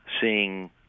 seeing